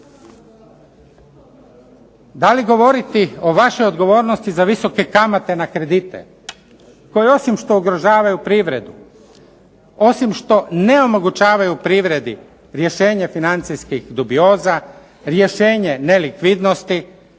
Da li govoriti o vašoj odgovornosti za visoke kamate na kredite koji osim što ugrožavaju privredu, osim što ne omogućavaju privredi rješenje financijskih dubioza, rješenje nelikvidnosti